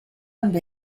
amb